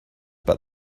but